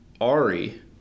Ari